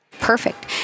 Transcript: perfect